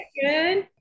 good